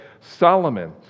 Solomon